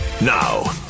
Now